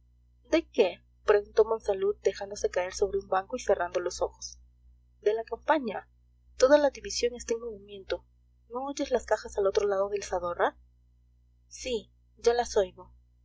de qué preguntó monsalud dejándose caer sobre un banco y cerrando los ojos de la campaña toda la división está en movimiento no oyes las cajas al otro lado del zadorra sí ya las oigo